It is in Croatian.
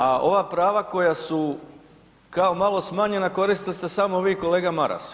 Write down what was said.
A ova prava koja su kao malo smanjena koriste se samo vi i kolega Maras.